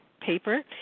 paper